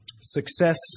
Success